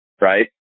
right